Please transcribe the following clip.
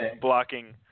blocking